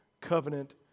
covenant